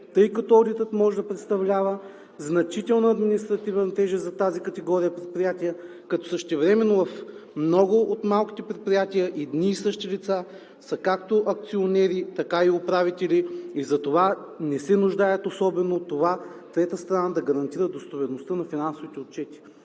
тъй като одитът може да представлява значителна административна тежест за тази категория предприятия, като същевременно в много от малките предприятия едни и същи лица са както акционери, така и управители и затова не се нуждаят особено от това трета страна да гарантира достоверността на финансовите отчети.“